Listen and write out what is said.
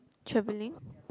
travelling